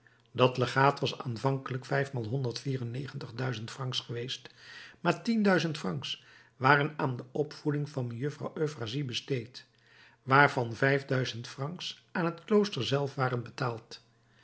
dat legaat was aanvankelijk vijfmaal honderd vier en negentig duizend francs geweest maar tienduizend francs waren aan de opvoeding van mejuffrouw euphrasie besteed waarvan vijf duizend francs aan het klooster zelf waren betaald